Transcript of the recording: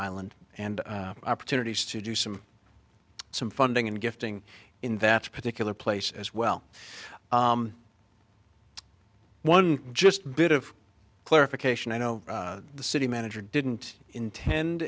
island and opportunities to do some some funding and gifting in that particular place as well one just bit of clarification i know the city manager didn't intend